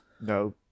No